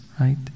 right